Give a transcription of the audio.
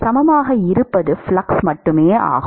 சமமாக இருப்பது ஃப்ளக்ஸ் ஆகும்